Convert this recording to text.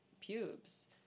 pubes